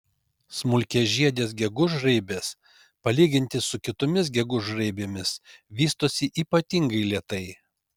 smulkiažiedės gegužraibės palyginti su kitomis gegužraibėmis vystosi ypatingai lėtai